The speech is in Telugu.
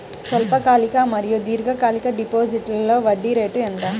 స్వల్పకాలిక మరియు దీర్ఘకాలిక డిపోజిట్స్లో వడ్డీ రేటు ఎంత?